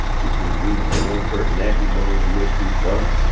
kicking and beating. but one person actually goes a little too far